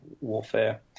warfare